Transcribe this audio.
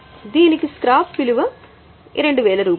దీనికి స్క్రాప్ విలువ 2000 రూపాయలు